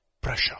Pressure